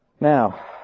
Now